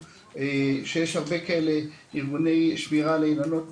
שיש הרבה כאלה ארגוני שמירה על האילנות,